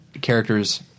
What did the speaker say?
characters